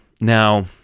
Now